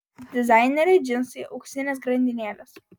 dizainerio džinsai auksinės grandinėlės